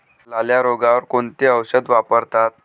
लाल्या रोगावर कोणते औषध वापरतात?